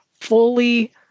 fully